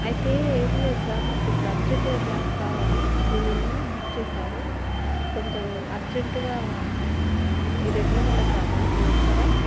అయితే ఏం లేదు సార్ మాకు ఇప్పుడు అర్జెంటుగా గ్యాస్ కావాలి నేను నిన్ననే బుక్ చేశాను కొంచెం అర్జెంటుగా ఈ రెడ్లవాడ గ్రామానికి వస్తారా